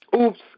Oops